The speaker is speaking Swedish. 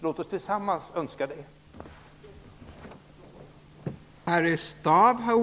Låt oss tillsammans önska att det blir så.